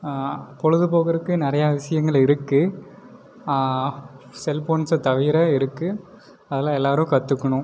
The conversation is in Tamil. பொழுதுபோக்குறக்கு நிறையா விஷியங்கள் இருக்கு செல்ஃபோன்ஸை தவிர இருக்கு அதெலாம் எல்லாரும் கற்றுக்கணும்